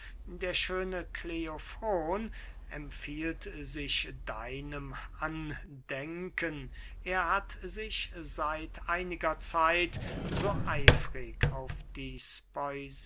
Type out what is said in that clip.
der schöne kleofron empfiehlt sich deinem andenken er hat sich seit einiger zeit so eifrig auf die